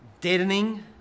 deadening